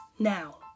Now